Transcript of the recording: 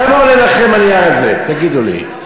כמה עולה לכם הנייר הזה, תגידו לי?